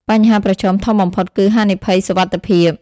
បញ្ហាប្រឈមធំបំផុតគឺហានិភ័យសុវត្ថិភាព។